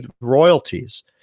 royalties